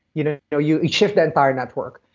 you know you shift the entire network.